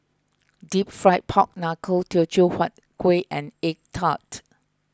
Deep Fried Pork Knuckle Teochew Huat Kueh and Egg Tart